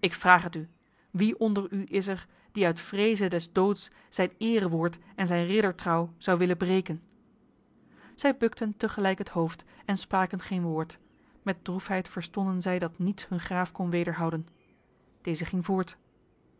ik vraag het u wie onder u is er die uit vreze des doods zijn erewoord en zijn riddertrouw zou willen breken zij bukten tegelijk het hoofd en spraken geen woord met droefheid verstonden zij dat niets hun graaf kon wederhouden deze ging voort